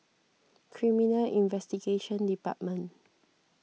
Criminal Investigation Department